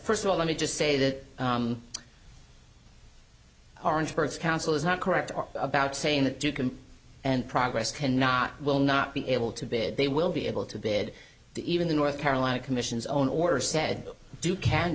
first of all let me just say that orangeburg council is not correct or about saying that you can and progress cannot will not be able to bid they will be able to bid to even the north carolina commission's own order said do can